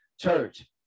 church